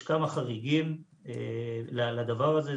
יש כמה חריגים לדבר הזה,